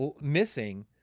missing